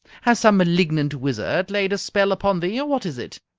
has some malignant wizard laid a spell upon thee, or what is it?